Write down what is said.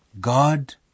God